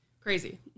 crazy